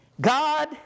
God